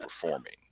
performing